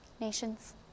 nations